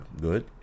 good